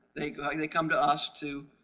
they i mean they come to us to.